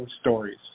Stories